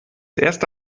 erste